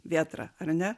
vėtra ar ne